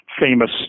famous